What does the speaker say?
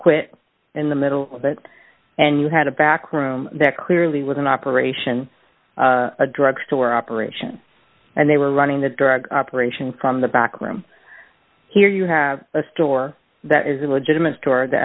quit in the middle of it and you had a back room that clearly was an operation a drug store operation and they were running the drug operation from the back room here you have a store that is a legitimate store that